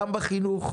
בחינוך,